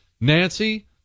Nancy